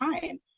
time